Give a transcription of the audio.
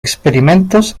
experimentos